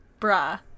bruh